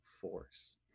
force